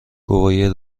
گواهی